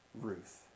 Ruth